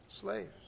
slaves